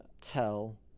tell